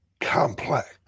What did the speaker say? complex